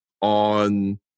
on